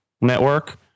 network